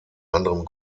anderem